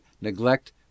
neglect